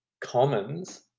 commons